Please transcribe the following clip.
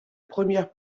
première